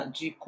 de